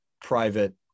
private